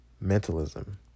Mentalism